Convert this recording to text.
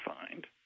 find